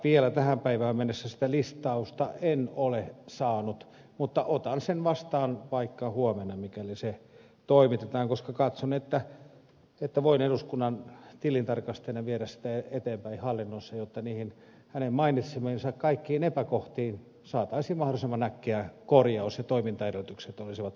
vielä tähän päivään mennessä sitä listausta en ole saanut mutta otan sen vastaan vaikka huomenna mikäli se toimitetaan koska katson että voin eduskunnan tilintarkastajana viedä sitä eteenpäin hallinnossa jotta niihin hänen mainitsemiinsa kaikkiin epäkohtiin saataisiin mahdollisimman äkkiä korjaus ja toimintaedellytykset olisivat moitteettomat